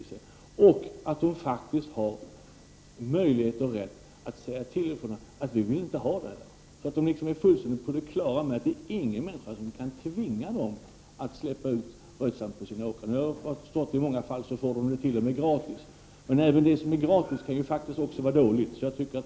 Man skall tala om att bönderna faktiskt har möjlighet och rätt att säga: Vi vill inte ha detta. De skall vara fullständigt på det klara med att det inte finns någon människa som kan tvinga dem att släppa ut rötslam på sina åkrar. Jag har förstått att bönderna i många fall t.o.m. får rötslam gratis. Men även det som är gratis kan också vara dåligt.